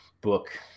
book